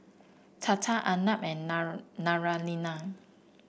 Tata Arnab and Naraina